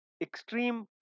extreme